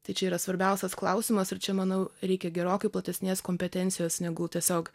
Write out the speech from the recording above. tai čia yra svarbiausias klausimas ir čia manau reikia gerokai platesnės kompetencijos negu tiesiog